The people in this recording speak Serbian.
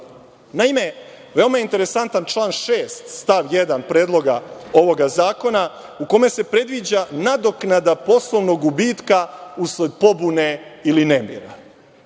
Naime, veoma interesantan, član 6. stav 1. Predloga ovog zakona, u kome se predviđa nadoknada poslovnog gubitka usled pobune ili nemira.